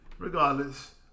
Regardless